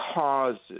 causes